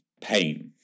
pain